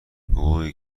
حقوقی